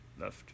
Left